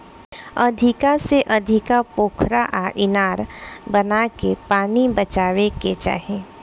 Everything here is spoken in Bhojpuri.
अधिका से अधिका पोखरा आ इनार बनाके पानी बचावे के चाही